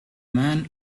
man